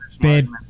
babe